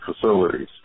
facilities